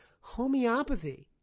Homeopathy